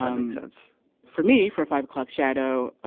um makes sense for me for five o'clock shadow.